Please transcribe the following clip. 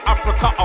Africa